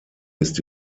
ist